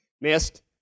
missed